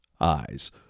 eyes